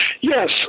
Yes